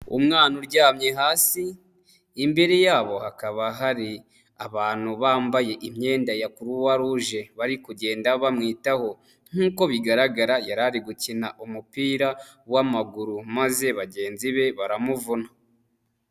Umwana uryamye hasi, imbere yabo hakaba hari abantu bambaye imyenda ya kuruwa ruje bari kugenda bamwitaho. Nk'uko bigaragara, yari ari gukina umupira w'amaguru, maze bagenzi be baramuvuna.